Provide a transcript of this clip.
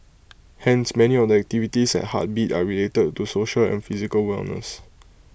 hence many of the activities at heartbeat are related to social and physical wellness